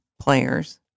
players